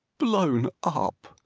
blown up!